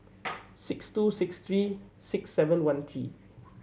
six two six three six seven one three